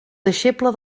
deixeble